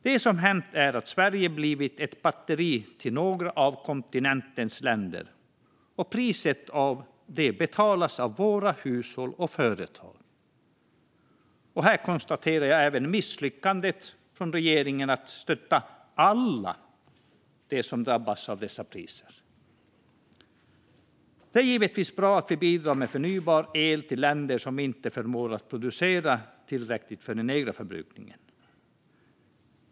Det som hänt är att Sverige har blivit ett batteri till några av kontinentens länder, och priset för det betalas av våra hushåll och företag. Här konstaterar jag även misslyckandet från regeringen att stötta alla dem som drabbats av dessa priser. Det är givetvis bra att vi bidrar med förnybar el till länder som inte förmår att producera tillräckligt för den egna förbrukningen.